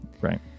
right